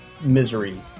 misery